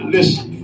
Listen